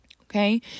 okay